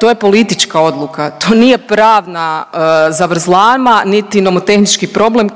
to je politička odluka. To nije pravna zavrzlama niti nomotehnički problem